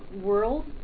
world